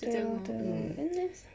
对 lor 对 lor very nice